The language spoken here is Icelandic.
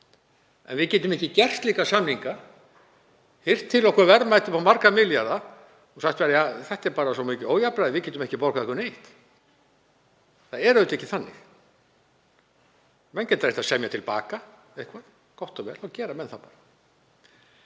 en við getum ekki gert slíka samninga, hirt til okkar verðmæti upp á marga milljarða og sagt: Ja, þetta er bara svo mikið ójafnræði, við getum ekki borgað ykkur neitt. Það er auðvitað ekki þannig. Menn geta reynt að semja til baka eitthvað, gott og vel, þá gera menn það bara.